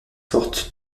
forte